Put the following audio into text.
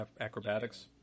acrobatics